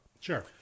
Sure